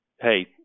hey